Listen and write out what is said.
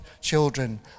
children